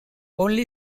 only